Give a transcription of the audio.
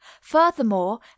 Furthermore